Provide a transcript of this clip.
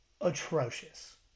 atrocious